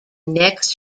next